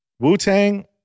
Wu-Tang